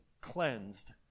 cleansed